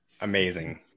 Amazing